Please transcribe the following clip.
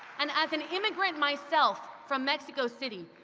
and as an immigrant myself from mexico city,